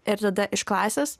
ir tada iš klasės